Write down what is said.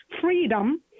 freedom